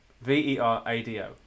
V-E-R-A-D-O